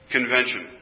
Convention